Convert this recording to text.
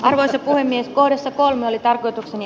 arvoisa puhemies vuodesta kolmelle tarkoitukseni